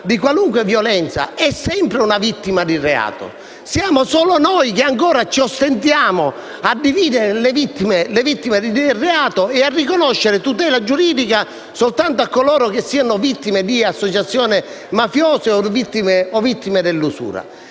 di qualunque violenza è sempre vittima di reato. Siamo solo noi che ancora ci ostiniamo a dividere le vittime di reato e a riconoscere tutela giuridica solo a coloro che siano vittime di associazione mafiosa o di usura.